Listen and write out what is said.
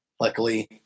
luckily